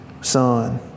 son